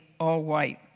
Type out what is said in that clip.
all-white